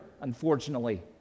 unfortunately